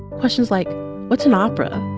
questions like what's an opera?